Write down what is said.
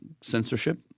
censorship